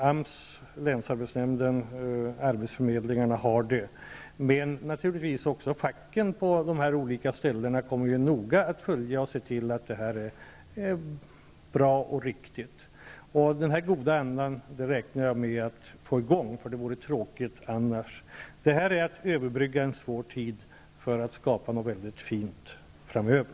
AMS, länsarbetsnämnden och arbetsförmedlingarna har det ansvaret, men naturligtvis kommer också facken på de här olika ställena att noga följa detta och se till att det blir bra och riktigt. En sådan god anda räknar jag med att kunna åstadkomma -- det vore tråkigt annars. Det här är att överbrygga en svår tid för att skapa något mycket fint framöver.